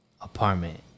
apartment